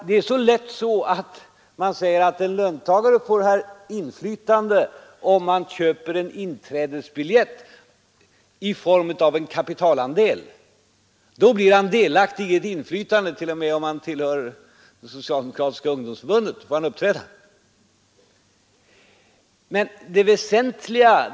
Det är så lätt att tro att en löntagare här får inflytande, om han köper en inträdesbiljett i form av en kapitalandel: därmed skulle han bli delaktig i ett inflytande, och t.o.m. om han tillhör det socialdemokratiska ungdomsförbundet får han ju uppträda på stämmorna.